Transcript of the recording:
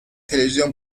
televizyon